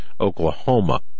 Oklahoma